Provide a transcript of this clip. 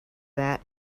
that